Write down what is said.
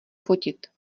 fotit